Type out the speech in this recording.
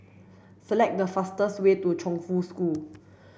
select the fastest way to Chongfu School